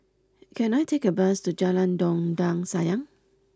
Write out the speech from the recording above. can I take a bus to Jalan Dondang Sayang